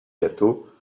gâteaux